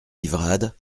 livrade